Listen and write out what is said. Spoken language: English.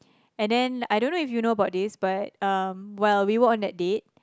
and then I don't if you know about this but um well we were on that date